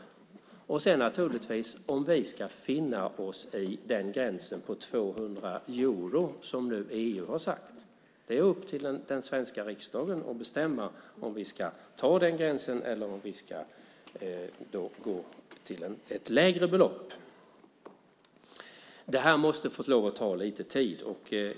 Man måste också fundera över om vi ska finna oss i den gräns på 200 euro som nu EU har satt. Det är upp till den svenska riksdagen att bestämma om vi ska ha den gränsen eller om det ska vara ett lägre belopp. Detta måste få lov att ta lite tid.